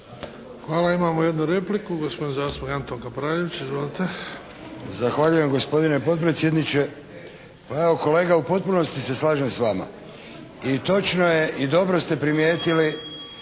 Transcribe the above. Hvala. Imamo jednu repliku, gospodin zastupnik Antun Kapraljević. Izvolite. **Kapraljević, Antun (HNS)** Zahvaljujem gospodine potpredsjedniče. Pa evo kolega u potpunosti se slažem s vama. I točno je i dobro ste primijetili